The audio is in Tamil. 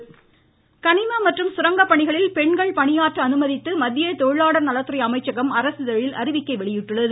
மத்திய தொழிலாளர் நலத்துறை கனிம மற்றும் சுரங்க பணிகளில் பெண்கள் பணியாற்ற அனுமதித்து மத்திய தொழிலாளர் நலத்துறை அமைச்சகம் அரசிதழில் அறிவிக்கை வெளியிட்டுள்ளது